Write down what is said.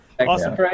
awesome